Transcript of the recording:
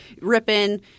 ripping